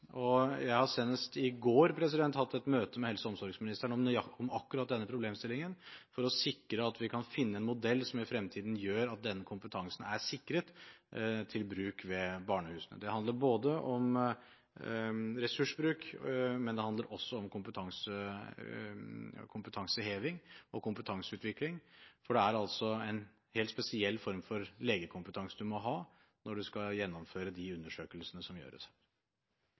sikres. Jeg hadde senest i går et møte med helse- og omsorgsministeren om akkurat denne problemstillingen for å sikre at vi kan finne en modell som i fremtiden gjør at denne kompetansen er sikret til bruk ved barnehusene. Det handler om ressursbruk, men det handler også om kompetanseheving og kompetanseutvikling, for det er en helt spesiell form for legekompetanse du må ha når du skal gjennomføre de undersøkelsene som gjøres her.